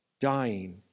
dying